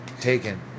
Taken